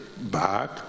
back